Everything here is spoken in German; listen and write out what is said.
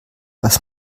was